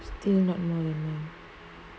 still not more than me